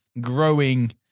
growing